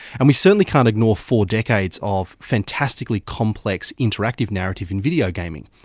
and we certainly can't ignore four decades of fantastically complex interactive narrative and video gaming.